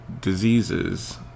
diseases